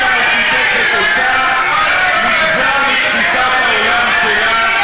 המשותפת עושה נגזר מתפיסת העולם שלה,